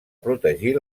protegir